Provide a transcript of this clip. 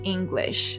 English